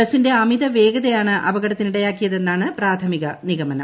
ബസിന്റെ അമിത വേഗതയാണ് അപകടത്തിന്റ്രീട്യാക്കിതെന്നാണ് പ്രാഥമിക് നിഗമനം